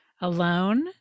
alone